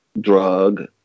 drug